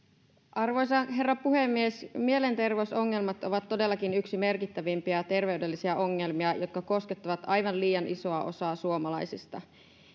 arvoisa herra puhemies mielenterveysongelmat ovat todellakin yksi merkittävimpiä terveydellisiä ongelmia jotka koskettavat aivan liian isoa osaa suomalaisista